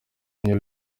new